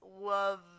love